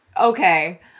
Okay